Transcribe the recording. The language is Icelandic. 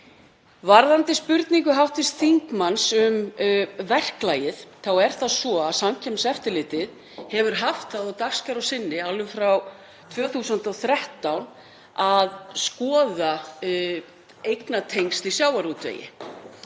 Varðandi spurningu hv. þingmanns um verklagið er það svo að Samkeppniseftirlitið hefur haft það á dagskrá sinni alveg frá 2013 að skoða eignatengsl í sjávarútvegi.